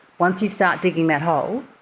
once you start digging that hole,